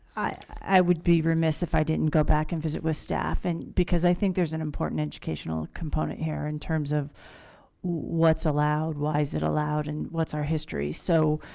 i would be remiss if i didn't go back and visit with staff and because i think there's an important educational component here in terms of what's allowed why is it allowed and what's our history? so?